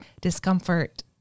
Discomfort